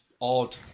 odd